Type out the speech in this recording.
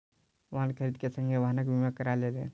वाहन खरीद के संगे वाहनक बीमा करा लेलैन